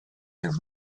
and